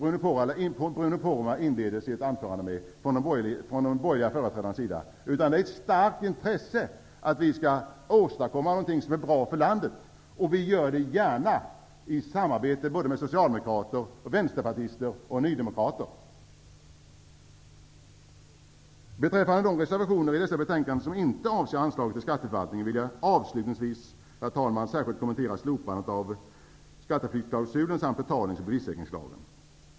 Bruno Poromaa inledde med att säga att de borgerliga företrädarna var ointresserade. Men så är det inte, utan vi har ett starkt intresse av att åstadkomma någonting som är bra för landet, och det gör vi gärna i samarbete med såväl socialdemokrater och vänsterpartister som nydemokrater. Herr talman! Beträffande de reservationer till detta betänkande som inte avser anslaget till skatteförvaltningen vill jag avslutningsvis särskilt kommentera slopandet att skatteflyktsklausulen samt betalnings och bevissäkringslagen.